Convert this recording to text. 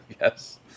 Yes